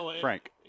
Frank